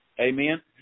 Amen